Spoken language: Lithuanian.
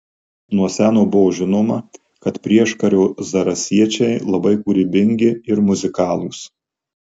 nuo seno buvo žinoma kad prieškario zarasiečiai labai kūrybingi ir muzikalūs